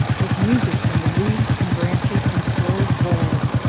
with music from the leaves and branches and furrowed boles,